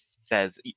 says